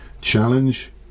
challenge